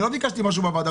אני לא ביקשתי משהו בוועדה.